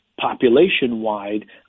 population-wide